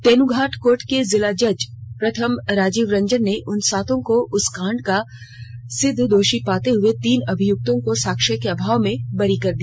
Tenughat court के जिला जज प्रथम राजीव रंजन ने उन सातों को उस कांड का सिद्ध दोषी पाते हुए तीन अभियुक्तों को साक्ष्य के अभाव में बरी कर दिया